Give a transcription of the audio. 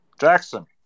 Jackson